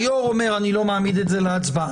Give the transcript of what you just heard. יושב-הראש אומר: אני לא מעמיד את זה להצבעה,